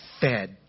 fed